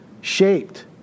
shaped